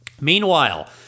Meanwhile